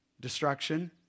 destruction